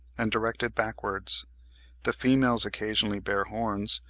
and directed backwards the females occasionally bear horns,